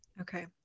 Okay